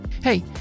Hey